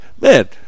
man –